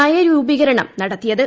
നയരൂപീകരണം നടത്തിയത്